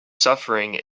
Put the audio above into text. suffering